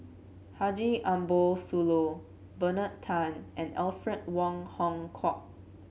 Haji Ambo Sooloh Bernard Tan and Alfred Wong Hong Kwok